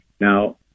Now